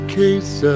case